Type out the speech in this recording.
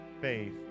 faith